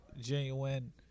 genuine